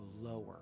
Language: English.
lower